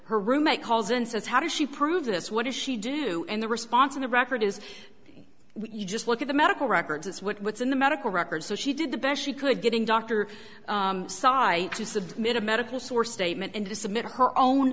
her roommate calls and says how does she prove this what does she do and the response in the record is you just look at the medical records it's what's in the medical records so she did the best she could getting dr saeed to submit a medical source statement and to submit her own